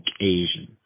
Asian